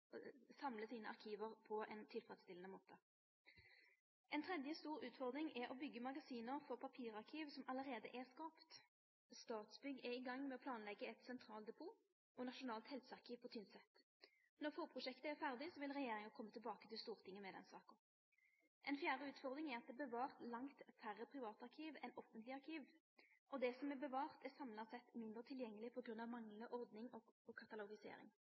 samle sine arkiv på ein tilfredsstillande måte. Ei tredje stor utfordring er å byggje magasin for papirarkiv som allereie er skapte. Statsbygg er i gang med å planleggje eit sentraldepot og nasjonalt helsearkiv på Tynset. Når forprosjektet er ferdig, vil regjeringa komme tilbake til Stortinget med den saka. Ei fjerde utfordring er at det er bevart langt færre private arkiv enn offentlege arkiv, og det som er bevart, er samla sett mindre tilgjengeleg på grunn av manglande ordning og katalogisering.